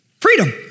freedom